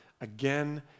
again